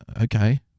Okay